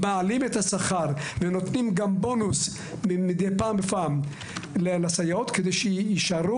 מעלים את השכר ונותנים גם בונוס מידי פעם בפעם לסייעות כדי שיישארו